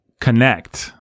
connect